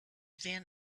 then